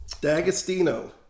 D'Agostino